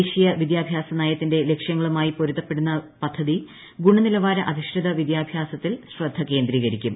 ദേശീയ വിദ്യാഭ്യാസ നയത്തിന്റെ ലക്ഷൃങ്ങളുമായി പൊരുത്തപ്പെടുന്ന പദ്ധതി ഗുണനിലവാര അധിഷ്ഠിത വിദ്യാഭ്യാസത്തിൽ ശ്രദ്ധ കേന്ദ്രീകരിക്കും